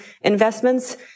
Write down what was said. investments